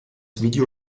video